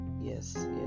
yes